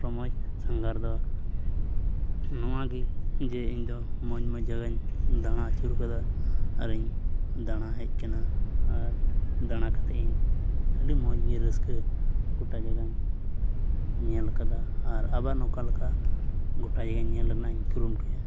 ᱨᱚᱢᱚᱡᱽ ᱥᱟᱸᱜᱷᱟᱨ ᱫᱚ ᱱᱚᱣᱟ ᱜᱮ ᱡᱮ ᱤᱧ ᱫᱚ ᱢᱚᱡᱽᱼᱢᱚᱡᱽ ᱡᱟᱭᱜᱟᱧ ᱫᱟᱲᱟ ᱟᱹᱪᱩᱨ ᱠᱟᱫᱟ ᱟᱨ ᱤᱧ ᱫᱟᱲᱟ ᱦᱮᱡ ᱠᱟᱱᱟ ᱟᱨ ᱫᱟᱲᱟ ᱠᱟᱛᱮᱫ ᱤᱧ ᱟᱹᱰᱤ ᱢᱚᱡᱽ ᱜᱮᱧ ᱨᱟᱹᱥᱠᱟᱹ ᱜᱚᱴᱟ ᱡᱟᱭᱜᱟᱧ ᱧᱮᱞ ᱠᱟᱫᱟ ᱟᱨ ᱟᱵᱟᱨ ᱱᱚᱝᱠᱟ ᱞᱮᱠᱟ ᱜᱚᱴᱟ ᱡᱟᱭᱜᱟ ᱧᱮᱞ ᱨᱮᱱᱟᱜᱼᱤᱧ ᱠᱩᱨᱩᱢᱩᱴᱩᱭᱟ